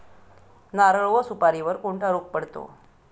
नारळ व सुपारीवर कोणता रोग पडतो?